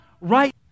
right